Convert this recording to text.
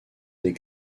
des